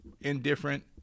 indifferent